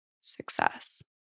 success